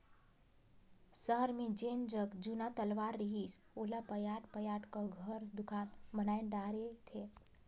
सहर मे जेन जग जुन्ना तलवा रहिस ओला पयाट पयाट क घर, दुकान बनाय डारे थे